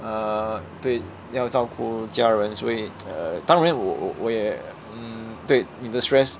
err 对要照顾家人所以 uh 当然我我我也 mm 对你的 stress